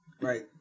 Right